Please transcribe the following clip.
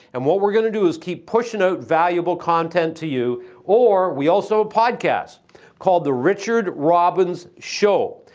and what we're gonna do is keep pushing out valuable content to you or we also podcast called the richard robbins show.